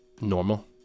normal